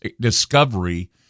discovery